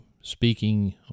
speaking